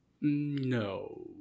No